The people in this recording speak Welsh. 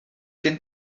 gen